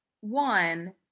one